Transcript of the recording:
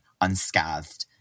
unscathed